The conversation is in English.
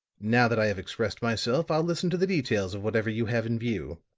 now that i have expressed myself, i'll listen to the details of whatever you have in view.